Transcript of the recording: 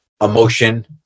emotion